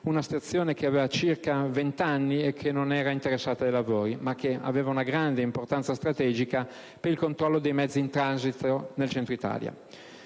una struttura che aveva circa 20 anni e che non era interessata dai lavori, ma che aveva una grande importanza strategica per il controllo dei mezzi in transito nel Centro-Italia.